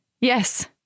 Yes